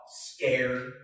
scared